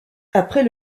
après